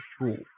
school